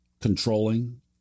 controlling